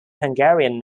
hungarian